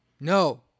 No